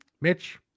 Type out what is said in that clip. Mitch